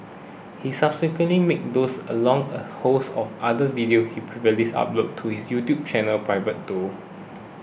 he subsequently made those along a host of other videos he previously uploaded to his YouTube channel private though